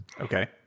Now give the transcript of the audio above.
okay